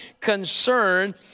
concern